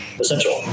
essential